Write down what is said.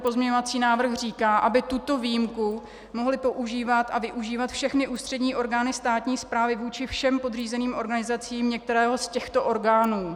Pozměňovací návrh říká, aby tuto výjimku mohly používat a využívat všechny ústřední orgány státní správy vůči všem podřízeným organizacím některého z těchto orgánů.